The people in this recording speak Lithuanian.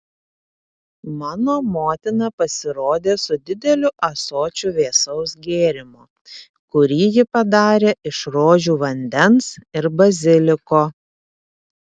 mano motina pasirodė su dideliu ąsočiu vėsaus gėrimo kurį ji padarė iš rožių vandens ir baziliko